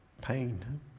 pain